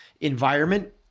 environment